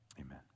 Amen